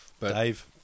Dave